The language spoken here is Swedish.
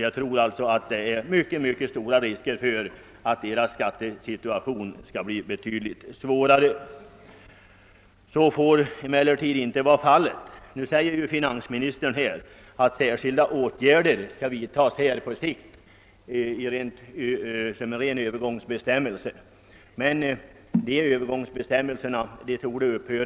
Jag tror alltså att det föreligger mycket stora risker för att familjernas skattesituation blir betydligt försämrad. Så får emellertid inte vara fallet. Finansministern har sagt att särskilda åtgärder skall vidtas på sikt, men de är att betrakta som rena övergångsbestämmelser.